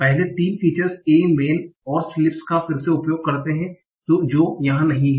पहले तीन features a man और sleeps का फिर से उपयोग करते हैं जो यहां नहीं है